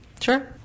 sure